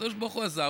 הקדוש ברוך הוא עזר,